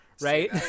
right